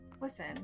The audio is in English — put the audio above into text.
listen